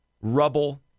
rubble